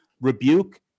rebuke